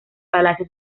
palacio